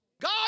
God